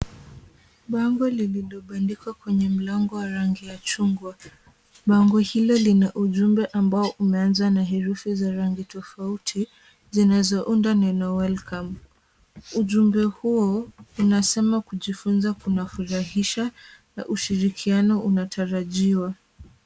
Bango lililobandikwa kwenye mlango wa rangi ya chungwa. Bango hilo lina ujumbe ambao umeanza na herufi za rangi tofauti zinazounda neno welcome . Ujumbe huo unasema kujifunza kunafurahisha na ushirikiano unatarajiwa.